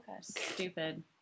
Stupid